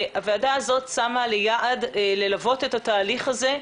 הוועדה הזאת ליעד ללוות את התהליך הזה,